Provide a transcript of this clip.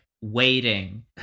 waiting